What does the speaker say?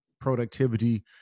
productivity